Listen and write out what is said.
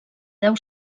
deu